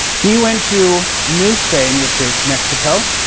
he went to new spain, which is mexico,